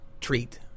treat